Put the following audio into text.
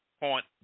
point